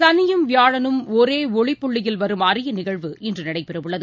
சனியும் வியாழனும் ஒரேஒளிப்புள்ளியில் வரும் அரியநிகழ்வு இன்றுநடைபெறவுள்ளது